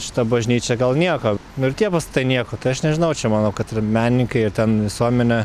šita bažnyčia gal nieko nu ir tie pastatai nieko tai aš nežinau čia manau kad ir menininkai ir ten visuomenė